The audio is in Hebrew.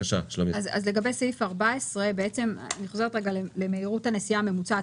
בסעיף 14, אני חוזרת למהירות הנסיעה הממוצעת.